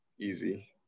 easy